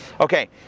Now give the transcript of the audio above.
Okay